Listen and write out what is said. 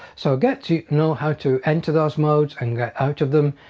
so get to know how to enter those modes and out of them,